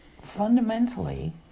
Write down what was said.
fundamentally